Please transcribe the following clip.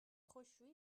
خشکشویی